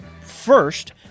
first